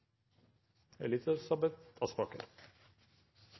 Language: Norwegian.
representanten Elisabeth Aspaker